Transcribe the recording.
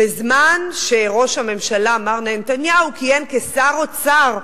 בזמן שראש הממשלה מר נהנתניהו כיהן כשר האוצר,